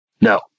no